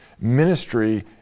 ministry